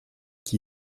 qui